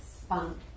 spunk